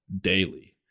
daily